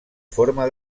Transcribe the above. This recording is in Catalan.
forma